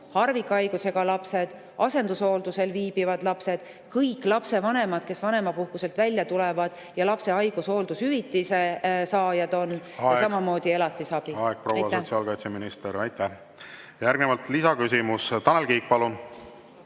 harvikhaigusega lapsed; asendushooldusel viibivad lapsed; kõik lapsevanemad, kes vanemapuhkuselt välja tulevad, haige lapse eest hooldushüvitise saajad ja samamoodi elatisabi. Aeg, proua sotsiaalkaitseminister! Aitäh! Järgnevalt lisaküsimus, Tanel Kiik, palun!